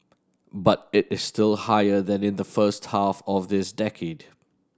but it is still higher than in the first half of this decade